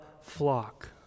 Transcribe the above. flock